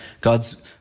God's